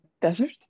desert